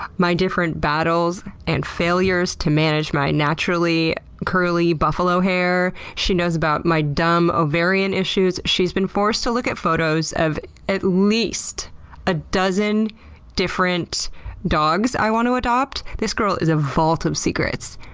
my different battles and failures to manage my naturally curly buffalo hair. she knows about my dumb ovarian issues. she's been forced to look at photos of at least a dozen different dogs i want to adopt. this girl is a vault of secrets.